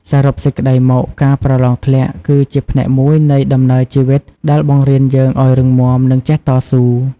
សរុបសេចក្ដីមក ការប្រឡងធ្លាក់ គឺជាផ្នែកមួយនៃដំណើរជីវិតដែលបង្រៀនយើងឲ្យរឹងមាំ និងចេះតស៊ូ។